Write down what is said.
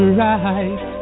right